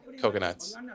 coconuts